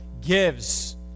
gives